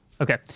Okay